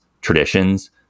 traditions